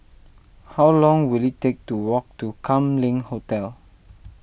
how long will it take to walk to Kam Leng Hotel